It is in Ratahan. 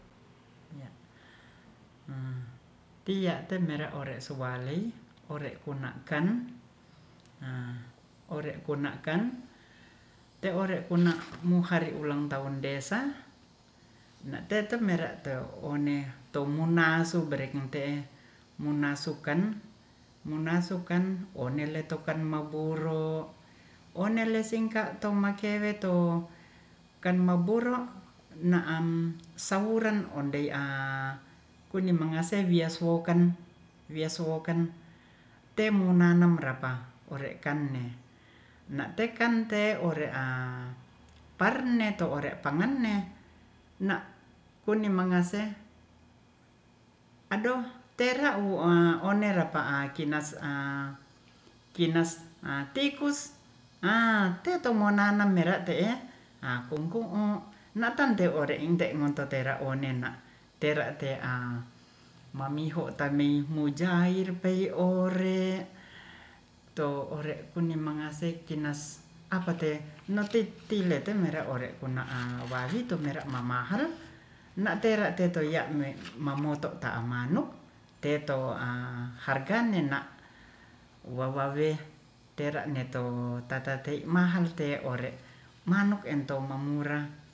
Tia tenera ore suwalei ore puna kan ore kunakan to ore kuna muhare ulang tahun desa na teto mera te one to munaso berekeng te e munasukan munasukan one letokan maworo oneleseng ka tomawekewe to kan na buro na am sauran ondei kuning mangase wias wokan wias wokan te mu nanam ore kanne na tekan te ore a paneto ore pangenne na kunin mangase adoh tera wua one rapa a kinas a kina a tikus aa teto monanam wera te'e kungkung o natante ore ire inte ngoto tera one na tera te mamiho tami mujair pei o ore to ore pini mangase kinas apate noti tilete mera ore pona a walitu wera mamahal matera teto ya ne mamoto taamanu teto harka ne na wawawe tera ne to tata tei mahal te ore manuk ento mamura